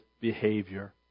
behavior